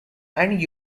and